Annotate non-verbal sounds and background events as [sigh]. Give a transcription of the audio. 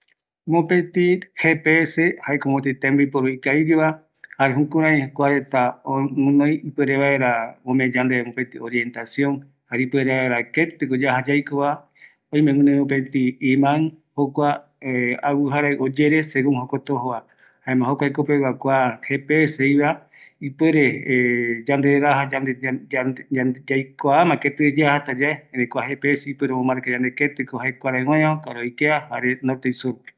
﻿Mopeti GPS, jaeko mopeti tembiporu ikavigueva, jare jukurai kuareta oguinoi ipuere vaera ome yandeve orientacion jare ipuere vaera ketiko yaja yaikova, oime guinoi mopeti iman jukua [hesitation] agujarai oyere, segun jokoti ojova, jaema jokua jekopegua kua GPS jeiva ipuere [hesitation] yandereraja yande, ya, ñande yaikiama keti yajatayae, erei kua GPS omomarka yande ketiko öi kuarai oëa, kuarai oikea jare norte y sur